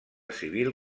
civil